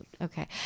okay